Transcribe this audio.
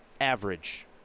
average